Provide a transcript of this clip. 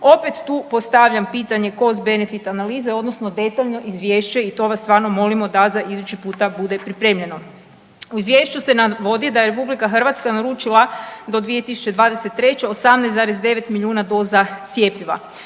opet tu postavljam pitanje costbenefit analize odnosno detaljno izvješće i to vas stvarno molimo da za iduće puta bude pripremljeno. I izvješću se navodi da je RH naručila do 2023. 18,9 milijuna doza cjepiva,